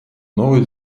новая